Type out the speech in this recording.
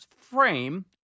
frame